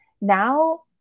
Now